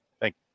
Thank